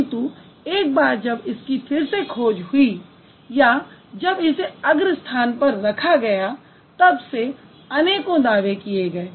किंतु एक बार जब इसकी फिर से खोज हुई या जब इसे अग्रस्थान पर रखा गया तब से अनेकों दावे किए गए